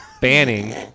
Banning